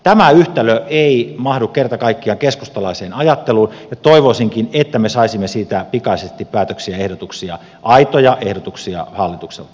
tämä yhtälö ei mahdu kerta kaikkiaan keskustalaiseen ajatteluun ja toivoisinkin että me saisimme siitä pikaisesti päätöksiä ja ehdotuksia aitoja ehdotuksia hallitukselta